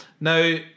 Now